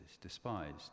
despised